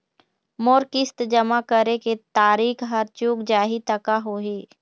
मोर किस्त जमा करे के तारीक हर चूक जाही ता का होही?